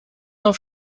auf